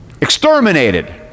exterminated